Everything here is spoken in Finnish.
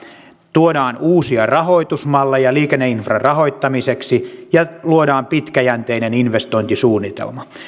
tuodaan uusia rahoitusmalleja liikenneinfran rahoittamiseksi ja luodaan pitkäjänteinen investointisuunnitelma